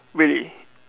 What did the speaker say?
really